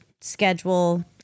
schedule